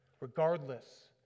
Regardless